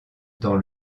dans